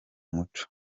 muco